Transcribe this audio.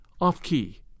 off-key